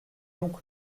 donc